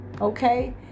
okay